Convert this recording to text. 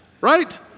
right